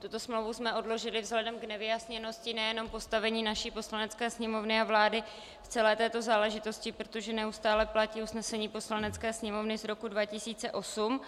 Tuto smlouvu jsme odložili vzhledem k nevyjasněnosti nejenom postavení naší Poslanecké sněmovny a vlády k celé této záležitosti, protože neustále platí usnesení Poslanecké sněmovny z roku 2008,